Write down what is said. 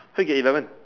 how you get eleven